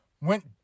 went